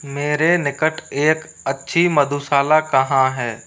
मेरे निकट एक अच्छी मधुशाला कहाँ है